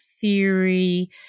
theory